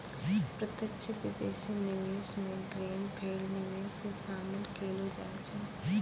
प्रत्यक्ष विदेशी निवेश मे ग्रीन फील्ड निवेश के शामिल केलौ जाय छै